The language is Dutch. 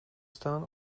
staan